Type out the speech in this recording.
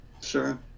Sure